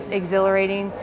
exhilarating